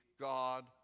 God